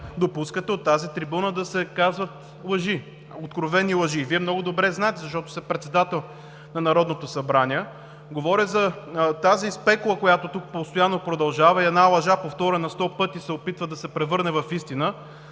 допускате от тази трибуна да се казват лъжи, откровени лъжи. Вие много добре знаете, защото сте председател на Народното събрание – говоря за тази спекула, която тук постоянно продължава. Една лъжа, повторена сто пъти, се опитва да се превърне в истина